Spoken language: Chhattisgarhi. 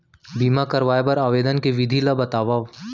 बीमा करवाय बर आवेदन करे के विधि ल बतावव?